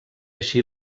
així